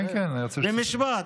במשפט.